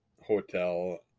hotel